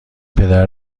پدر